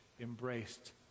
embraced